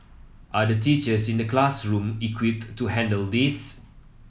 are the teachers in the classroom equipped to handle this